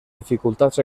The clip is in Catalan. dificultats